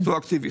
רטרואקטיבית.